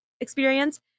experience